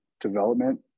development